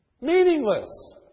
meaningless